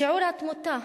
שיעור התמותה